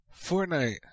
Fortnite